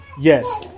yes